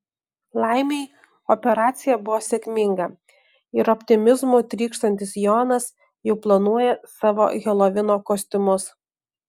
laimei operacija buvo sėkminga ir optimizmu trykštantis jonas jau planuoja savo helovino kostiumus